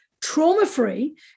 trauma-free